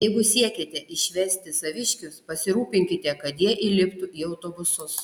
jeigu siekiate išvesti saviškius pasirūpinkite kad jie įliptų į autobusus